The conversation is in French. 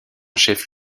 chef